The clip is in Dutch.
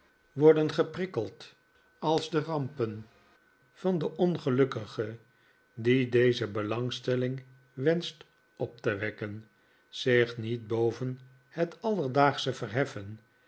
knag geprikkeld als de rampen van den ongelukkige die deze belangstelling wenscht op te wekken zich niet boven net alledaagsche verheffen